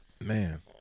Man